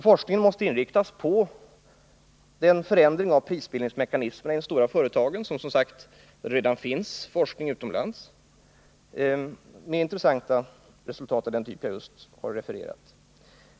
Forskningen måste inriktas på en förändring av prisbildningsmekanismerna i de stora företagen. I detta avseende bedrivs redan forskning utomlands med intressanta resultat av den typ som jag just har refererat.